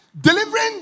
Delivering